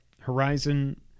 Horizon